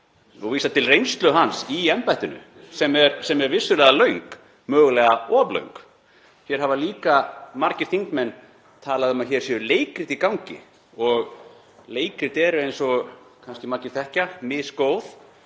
og vísa til reynslu hans (Gripið fram í.) í embættinu, sem er vissulega löng, mögulega of löng. Hér hafa líka margir þingmenn talað um að hér séu leikrit í gangi. Leikrit eru, eins og kannski margir þekkja, misgóð